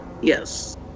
Yes